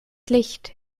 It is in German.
licht